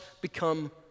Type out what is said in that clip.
become